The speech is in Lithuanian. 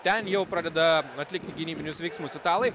ten jau pradeda atlikti gynybinius veiksmus italai